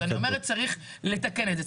אני אומרת שבעיקולים צריך לתקן את זה,